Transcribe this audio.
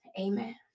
Amen